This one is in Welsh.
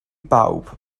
bawb